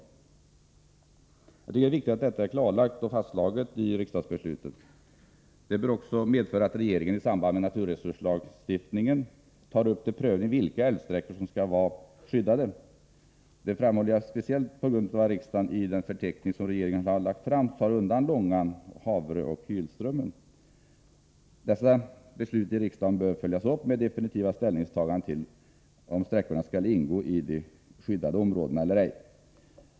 Jag tycker att det är viktigt att detta är klarlagt och fastslaget i riksdagsbeslutet. Det bör också medföra att regeringen i samband med naturresurslagstiftningen tar upp till prövning vilka älvsträckor som skall vara skyddade. Det framhåller jag speciellt på grund av att riksdagen i den förteckning som regeringen har lagt fram undantar Långan, Haverö och Hylströmmen. Dessa riksdagsbeslut bör följas upp med definitiva ställningstaganden till om sträckorna skall ingå i de skyddade områdena eller ej.